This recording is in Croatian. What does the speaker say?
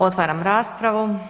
Otvaram raspravu.